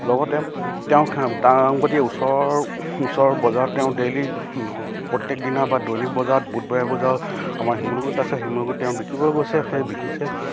লগতে তেওঁ দাংবডী ওচৰৰ ওচৰৰ বজাৰত তেওঁ ডেইলি প্ৰত্যেকদিনা বা দৈনিক বজাৰত বুধবাৰে বজাৰত আমাৰ শিমলুগুৰিত আছে শিমলগুৰিত তেওঁ বিকিবলৈ গৈছে সেই বিকিছে